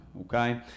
okay